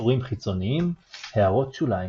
קישורים חיצוניים == הערות שוליים שוליים ==